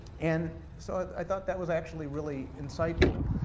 and so i thought that was actually really insightful.